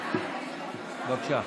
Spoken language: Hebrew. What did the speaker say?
בבקשה.